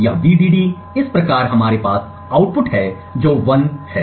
यह Vdd इस प्रकार हमारे पास आउटपुट है जो 1 है